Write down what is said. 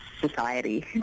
society